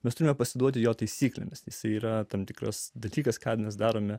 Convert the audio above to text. mes turime pasiduoti jo taisyklėmis yra tam tikras dalykas katinas darome